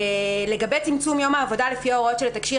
לגבי צמצום יום העבודה לפי ההוראות של התקשי"ר,